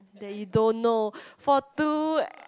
that you don't know for two